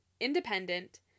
independent